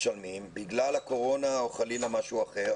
משלמים ובגלל הקורונה או חלילה משהו אחר,